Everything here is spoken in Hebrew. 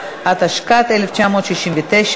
התשכ"ט 1969,